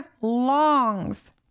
longs